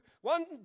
one